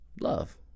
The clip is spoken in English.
love